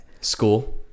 school